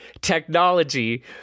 technology